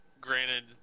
Granted